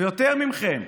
ויותר מכם,